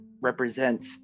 represent